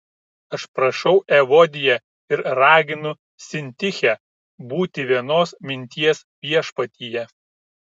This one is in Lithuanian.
aš prašau evodiją ir raginu sintichę būti vienos minties viešpatyje